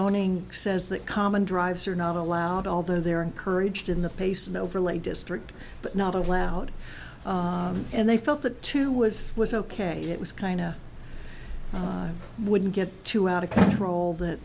oning says that common drives are not allowed although they're encouraged in the pace and overlay district but not allowed and they felt that too was was ok it was kind of wouldn't get too out of control that